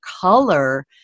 color